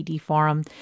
forum